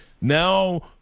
Now